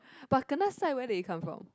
but kanasai where did it come right